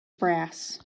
brass